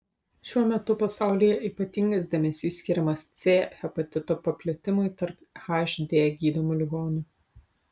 šiuo metu pasaulyje ypatingas dėmesys skiriamas c hepatito paplitimui tarp hd gydomų ligonių